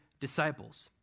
disciples